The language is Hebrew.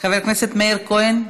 חבר הכנסת מאיר כהן.